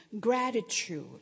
gratitude